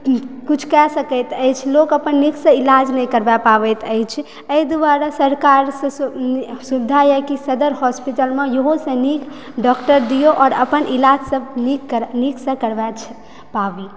किछु कय सकैत अछि लोक अपन नीकसँ ईलाज नहि करबै पाबैत अछि एहिदुआरे सरकारसँ नी सुविधाए कि सदर हॉस्पिटलमे इहोसँ नीक डॉक्टर दिऔ आओर अपन ईलाजसभ नीक नीकसँ करबै पाबी